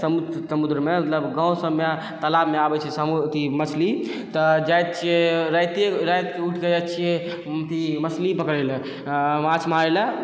समुद्रमे मतलब गाँव सबमे तालाबमे आबै छै अथी मछली तऽ जाइ छिए रातिके उठिकऽ जाइ छिए अथी मछली पकड़ैलए माँछ मारैलए